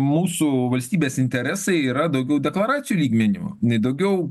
mūsų valstybės interesai yra daugiau deklaracijų lygmeniu nei daugiau